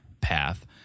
path